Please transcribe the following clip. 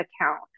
account